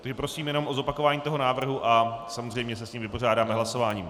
Takže prosím jenom o zopakování toho návrhu a samozřejmě se s ním vypořádáme hlasováním.